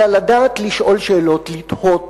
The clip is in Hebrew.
אלא לדעת לשאול שאלות, לתהות,